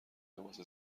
لباس